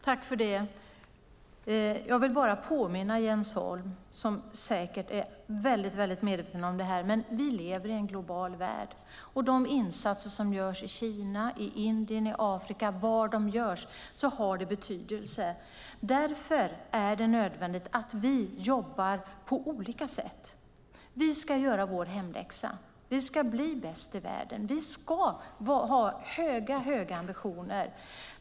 Herr talman! Jag vill bara påminna Jens Holm, som säkert är väldigt medveten om det här, om att vi lever i en global värld. De insatser som görs i Kina, Indien eller Afrika har betydelse. Därför är det nödvändigt att vi jobbar på olika sätt. Vi ska göra vår hemläxa. Vi ska bli bäst i världen. Vi ska ha höga ambitioner.